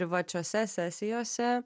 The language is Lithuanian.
privačiose sesijose